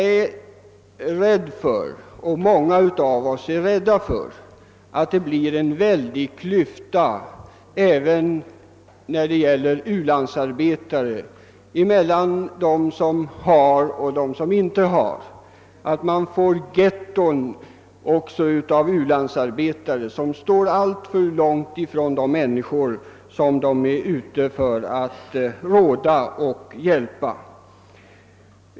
Jag och många med mig är rädda för att klyftan mellan u-landsarbetare och dem som skall hjälpas blir alltför stor — u-landsarbetarna bildar getton i vilka de lever för sig själva. De står alltför långt från de människor som de är ute för att råda och hjälpa.